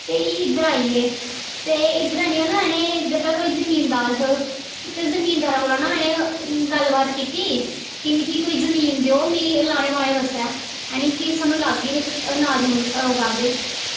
ते एह् इद्धर आई गे ते इद्धर आह्नियै ना इ'नें इद्धर दा कोई जिमींदार हा ते जिमींदार कोला ने इ'नें गल्ल बात कीती कि मिगी कोई जमीन देओ मीं राह्ने बाह्ने बास्तै है नी कि सानूं लाह्गे उत्थें अनाज अनूज उगाह्गे